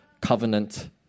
covenant